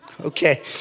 Okay